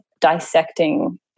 dissecting